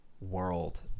world